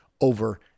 over